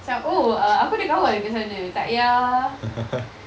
macam oh aku ada kawan kat sana tak ya